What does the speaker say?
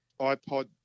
iPod